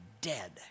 dead